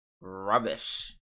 rubbish